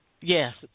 Yes